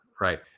right